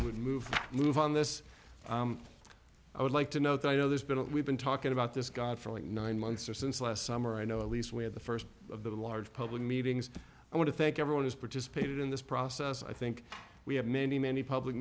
would move move on this i would like to note i know there's been a we've been talking about this god for like nine months or since last summer i know at least we had the st of the large public meetings i want to thank everyone as participated in this process i think we have many many public